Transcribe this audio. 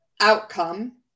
outcome